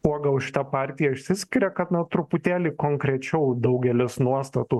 kuo gal šita partija išsiskiria kad na truputėlį konkrečiau daugelis nuostatų